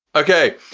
ok,